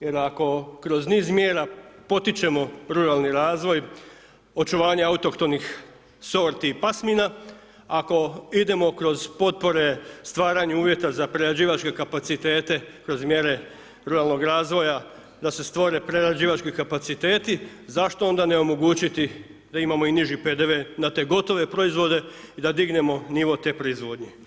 Jer ako kroz niz mjera potičemo ruralni razvoj, očuvanje autohtonih sorti i pasmina, ako idemo kroz potpore stvaranju uvjeta za prerađivačke kapacitete kroz mjere ruralnog razvoja da se stvore prerađivački kapaciteti zašto onda ne omogućiti da imamo i niži PDV na te gotove proizvode i da dignemo nivo te proizvodnje.